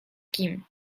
kim